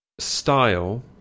style